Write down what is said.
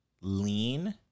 Lean